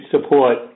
support